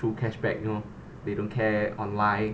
through cash back you know they don't care online